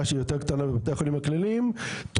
שהיא יותר קטנה בבתי החולים הקטנים דיברנו על מצ'ינג,